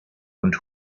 und